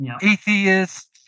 Atheists